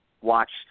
watched